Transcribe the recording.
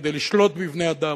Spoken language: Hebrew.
כדי לשלוט בבני-אדם,